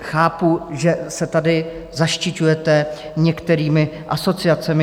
Chápu, že se tady zaštiťujete některými asociacemi.